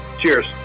Cheers